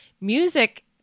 music